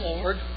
Lord